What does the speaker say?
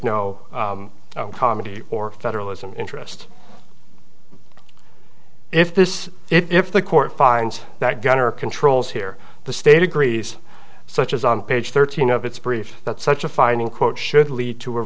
no comedy or federalism interest if this if the court finds that governor controls here the state agrees such as on page thirteen of its brief that such a finding quote should lead to